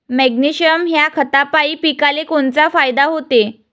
Magnesium ह्या खतापायी पिकाले कोनचा फायदा होते?